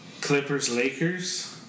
Clippers-Lakers